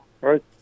right